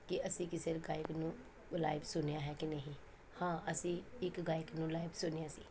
ਕਿ ਅਸੀਂ ਕਿਸੇ ਗਾਇਕ ਨੂੰ ਲਾਈਵ ਸੁਣਿਆ ਹੈ ਕਿ ਨਹੀਂ ਹਾਂ ਅਸੀਂ ਇੱਕ ਗਾਇਕ ਨੂੰ ਲਾਈਵ ਸੁਣਿਆ ਸੀ